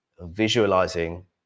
visualizing